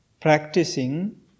practicing